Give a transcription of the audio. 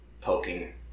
poking